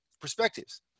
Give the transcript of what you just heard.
perspectives